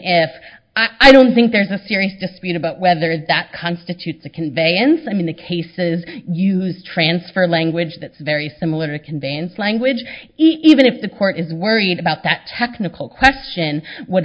even if i don't think there's a furious dispute about whether that constitutes a convey end i mean the cases use transfer language that's very similar to conveyance language even if the court is worried about that technical question what